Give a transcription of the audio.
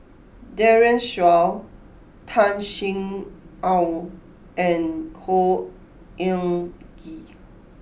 Daren Shiau Tan Sin Aun and Khor Ean Ghee